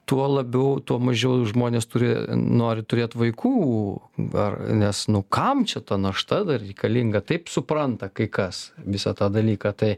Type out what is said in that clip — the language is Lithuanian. tuo labiau tuo mažiau žmonės turi nori turėt vaikų ar nes nu kam čia ta našta dar reikalinga taip supranta kai kas visą tą dalyką tai